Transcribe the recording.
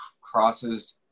crosses